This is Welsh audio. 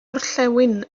orllewin